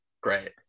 Great